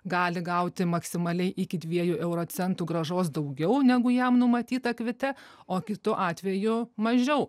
gali gauti maksimaliai iki dviejų euro centų grąžos daugiau negu jam numatyta kvite o kitu atveju mažiau